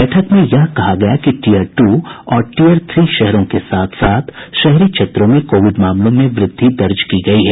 बैठक में यह कहा गया कि टीयर टू और टीयर थ्री शहरों के साथ साथ शहरी क्षेत्रों में कोविड मामलों में वृद्धि दर्ज की गई है